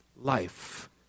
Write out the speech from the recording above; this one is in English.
life